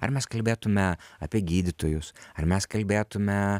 ar mes kalbėtume apie gydytojus ar mes kalbėtume